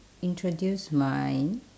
introduce my